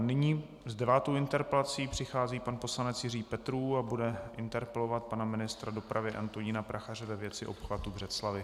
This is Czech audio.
Nyní s devátou interpelací přichází pan poslanec Jiří Petrů a bude interpelovat pana ministra dopravy Antonína Prachaře ve věci obchvatu Břeclavi.